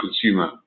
consumer